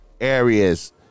areas